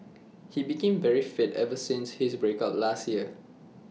he became very fit ever since his break up last year